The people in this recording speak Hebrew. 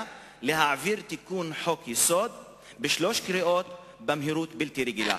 להעביר תיקון חוק-יסוד בשלוש קריאות במהירות בלתי רגילה.